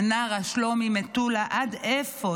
מנרה, שלומי, מטולה, עד איפה?